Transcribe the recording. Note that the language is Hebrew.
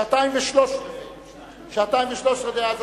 ושלושה-רבעים.